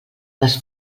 les